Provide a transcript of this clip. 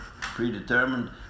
predetermined